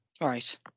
Right